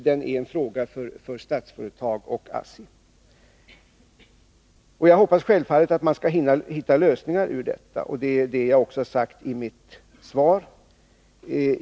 Det är en fråga för Statsföretag och ASSI. Jag hoppas självfallet att man skall hitta vägar ut ur detta. Det har jag också sagt i mitt svar.